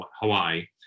Hawaii